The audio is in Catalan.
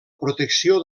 protecció